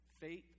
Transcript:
Faith